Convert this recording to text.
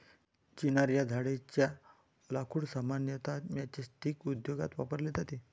चिनार या झाडेच्या लाकूड सामान्यतः मैचस्टीक उद्योगात वापरले जाते